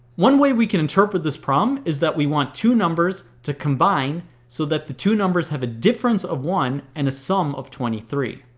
one way we can interpret this problem is that we want two numbers to combine so that the two numbers have a difference of one, and a sum of twenty three.